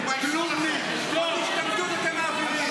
תתביישו לכם.